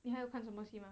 你还要看什么戏码